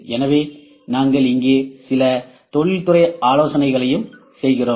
எனவே நாங்கள் இங்கே சில தொழில்துறை ஆலோசனைகளையும் செய்கிறோம்